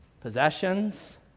possessions